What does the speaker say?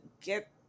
get